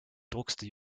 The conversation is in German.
druckste